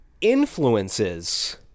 influences